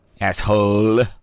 Asshole